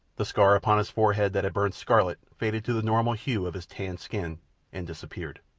the scar upon his forehead that had burned scarlet faded to the normal hue of his tanned skin and disappeared.